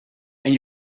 and